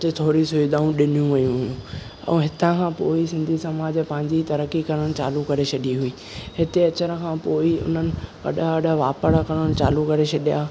उते थोरी सुविधाऊं ॾिनी वियूं हुयूं ऐं हितां खां पोइ ई सिंधी समाज पंहिंजी तरकी करणु चालू करे छॾी हुई हिते अचण खां पोइ हुननि वॾा वॾा वापार करणु चालू करे छॾिया